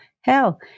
Hell